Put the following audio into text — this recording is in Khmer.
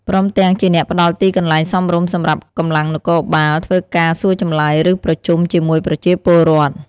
ព្រមទាំងជាអ្នកផ្ដល់ទីកន្លែងសមរម្យសម្រាប់កម្លាំងនគរបាលធ្វើការសួរចម្លើយ ឬប្រជុំជាមួយប្រជាពលរដ្ឋ។